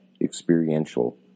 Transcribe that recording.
Experiential